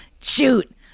Shoot